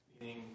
Meaning